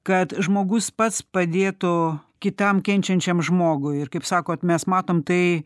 kad žmogus pats padėtų kitam kenčiančiam žmogui ir kaip sakot mes matom tai